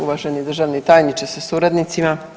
Uvaženi državni tajniče sa suradnicama.